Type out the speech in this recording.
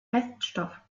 feststoff